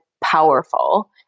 powerful